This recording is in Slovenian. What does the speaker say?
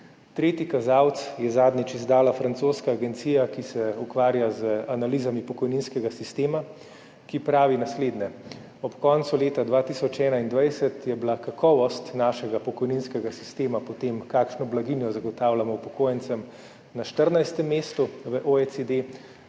Tretji kazalec je zadnjič izdala francoska agencija, ki se ukvarja z analizami pokojninskega sistema, ki pravi naslednje – ob koncu leta 2021 je bila kakovost našega pokojninskega sistema po tem, kakšno blaginjo zagotavljamo upokojencem, na 22. mestu na OECD,